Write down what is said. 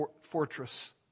fortress